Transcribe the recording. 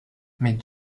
mais